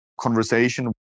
conversation